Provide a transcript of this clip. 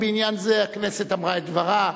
בעניין זה הכנסת אמרה את דברה.